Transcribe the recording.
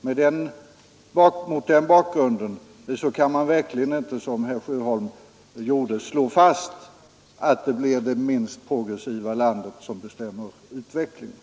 Mot den bakgrunden kan man verkligen inte, som herr Sjöholm gjorde, slå fast att det blir det minst progressiva landet som bestämmer utvecklingen.